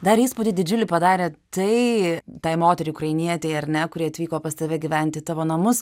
dar įspūdį didžiulį padarė tai tai moteriai ukrainietei ar ne kuri atvyko pas tave gyvent į tavo namus